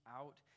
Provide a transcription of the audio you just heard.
out